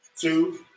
two